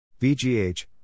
VGH